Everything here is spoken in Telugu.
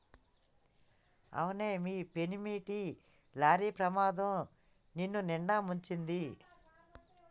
అవునే మీ పెనిమిటి లారీ ప్రమాదం నిన్నునిండా ముంచింది